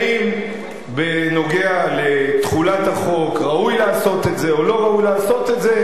האם בנוגע לתחולת החוק ראוי לעשות את זה או לא ראוי לעשות את זה,